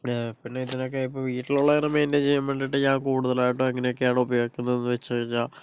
പിന്നെ പിന്നെ ഇതിനൊക്കെ ഇപ്പോൾ വീട്ടുലുള്ളവര് മെയിൻറ്റയിൻ ചെയ്യാൻ വേണ്ടീട്ട് ഞാൻ കൂടുതലയിട്ട് എങ്ങനെയെക്കെയാണ് ഉപയോഗിക്കുന്നതെന്ന് വച്ച് കഴിഞ്ഞാൽ